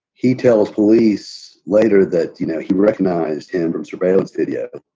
he tells police later that you know he recognized him from surveillance video.